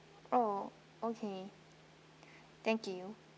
oh okay thank you